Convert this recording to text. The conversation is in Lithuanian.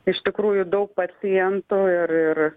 iš tikrųjų daug pacientų ir ir